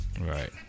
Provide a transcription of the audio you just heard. right